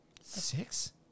Six